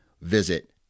visit